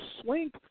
swing